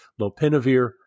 Lopinavir